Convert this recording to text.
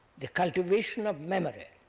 the cultivation of memory,